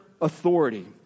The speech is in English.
authority